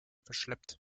verschleppt